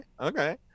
okay